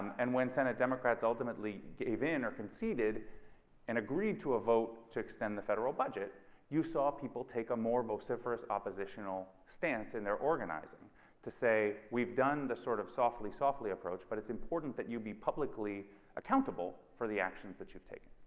and when senate democrats ultimately gave in or conceded and agreed to a vote to extend the federal budget you saw people take a more vociferous oppositional stance in their organizing to say we've done this sort of softly softly approach but it's important that you be publicly accountable for the actions that you take